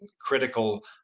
critical